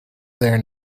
there